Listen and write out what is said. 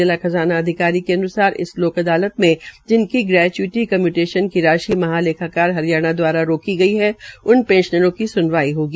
जिला खज़ाना अधिकारी के अन्सार इस लोक अदालत मे जिनकी ग्रेच्य्टी क्म्यूटेशन की राशि महालेखाकार हरियाणा द्वारा रोकी गई है उन पेंशनरों की स्नवाई होगी